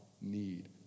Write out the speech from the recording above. need